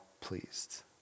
pleased